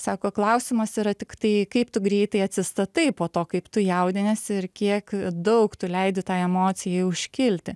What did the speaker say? sako klausimas yra tiktai kaip tu greitai atsistatai po to kaip tu jaudiniesi ir kiek daug tu leidi tai emocijai užkilti